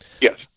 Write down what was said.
Yes